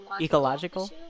Ecological